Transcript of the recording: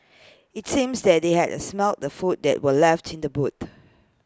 IT seems that they had smelt the food that were left in the boot